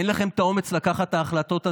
אין לכם את האומץ לקחת את ההחלטות הנכונות.